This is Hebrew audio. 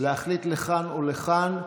ולהחליט לכאן או לכאן.